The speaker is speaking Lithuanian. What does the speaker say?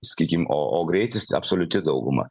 sakykim o o greitis absoliuti dauguma